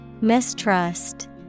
Mistrust